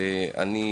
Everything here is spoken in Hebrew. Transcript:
בנוסף,